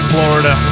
Florida